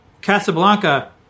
Casablanca